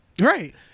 right